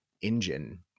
engine